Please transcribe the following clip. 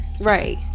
Right